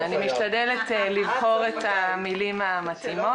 אני משתדלת לבחור את המילים המתאימות.